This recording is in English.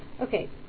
Okay